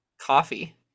coffee